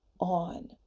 on